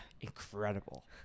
Incredible